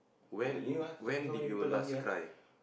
when when did you last cry